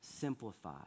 Simplify